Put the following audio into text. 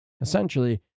Essentially